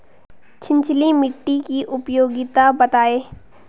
छिछली मिट्टी की उपयोगिता बतायें?